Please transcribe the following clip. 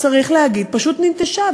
צריך להגיד, פשוט ננטשה.